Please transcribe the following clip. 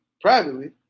privately